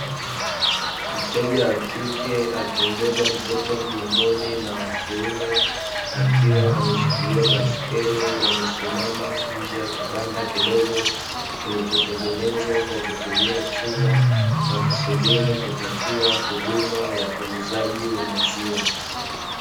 Mteja wa kike akimbeba mtoto mgongoni na wakiume akiwa ameshikilia baiskeli, wamesimama nje ya kibanda kidogo kilihotengenezwa kwa kutumia chuma, wakisubiri kupatiwa huduma ya uuzaji wa maziwa.